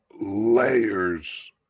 layers